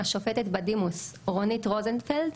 השופטת בדימוס רונית רוזנפלד,